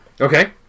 Okay